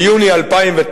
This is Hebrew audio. ביוני 2009